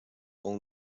own